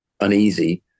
uneasy